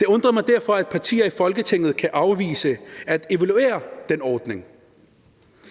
Det undrer mig derfor, at partier i Folketinget kan afvise at evaluere den ordning.